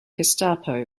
gestapo